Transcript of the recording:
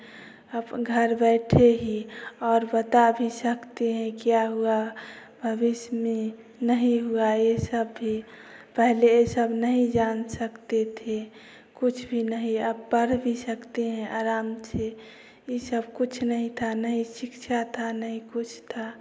आप घर बैठे ही और बता भी सकते हैं क्या हुआ भविष्य में नहीं हुआ यह सब भी पहले यह सब नहीं जान सकते थे कुछ भी नहीं अब पढ़ भी सकते हैं आराम से यह सब कुछ नहीं था नहीं शिक्षा था नहीं कुछ था